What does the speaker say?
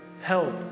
help